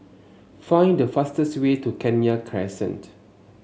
find the fastest way to Kenya Crescent